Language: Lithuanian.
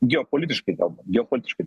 geopolitiškai geopolitiškai